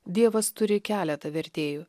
dievas turi keletą vertėjų